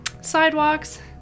sidewalks